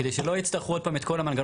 כדי שלא יצטרכו עוד פעם את כל המנגנון.